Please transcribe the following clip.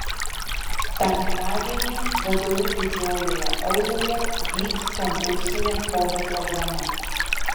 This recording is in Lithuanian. penktadienį vdu didžiojoje auloje vyks konkursinė chorų programa